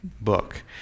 book